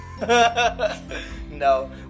No